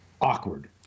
awkward